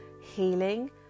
healing